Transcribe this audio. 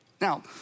Now